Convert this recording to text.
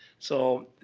so,